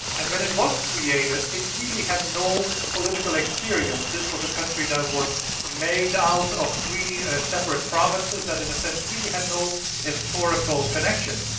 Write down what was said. and when it was created, it really had no political experience. this was a country that was made out of three ah separate provinces that in a sense really had no historical connection,